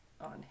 on